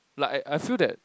lah I I feel that